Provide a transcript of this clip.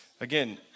Again